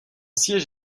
siège